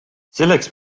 selleks